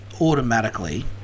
automatically